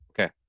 Okay